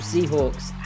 Seahawks